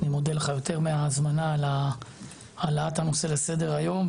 אני מודה לך יותר מההזמנה על העלאת הנושא לסדר היום,